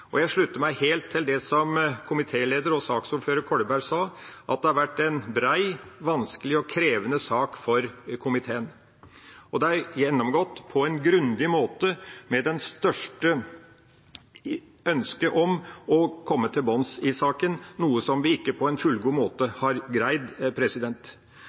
Jeg slutter meg helt til det som komitéleder og saksordfører Kolberg sa, at det har vært en bred, vanskelig og krevende sak for komiteen, og den er gjennomgått på en grundig måte, med det største ønske om å komme til bunns i saken, noe vi ikke på en fullgod